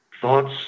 thoughts